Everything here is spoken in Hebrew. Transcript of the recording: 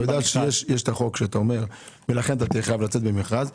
יש החוק שאומר, ולכן תהיה חייב לצאת במכרז.